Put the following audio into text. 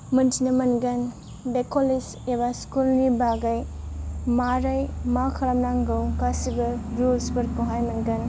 मिन्थिनो मोनगोन बे कलेज एबा स्कुलनि बागै मारै मा खालामनांगौ गासैबो रुल्सफोरखौहाय मोनगोन